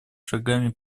шагами